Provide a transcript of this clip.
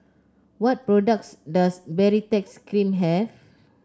what products does Baritex Cream have